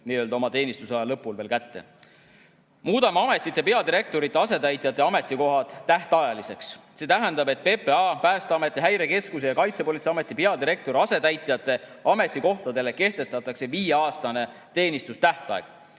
küll oma teenistusaja lõpul veel kätte. Muudame ametite peadirektorite asetäitjate ametikohad tähtajaliseks. See tähendab, et PPA, Päästeameti, Häirekeskuse ja Kaitsepolitseiameti peadirektori asetäitjate ametikohtadel kehtestatakse viieaastane teenistustähtaeg.